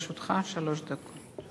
בבקשה, לרשותך שלוש דקות.